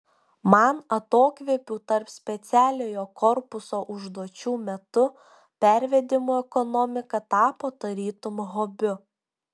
man atokvėpių tarp specialiojo korpuso užduočių metu pervedimų ekonomika tapo tarytum hobiu